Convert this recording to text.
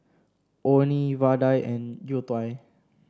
Orh Nee vadai and youtiao